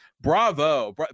bravo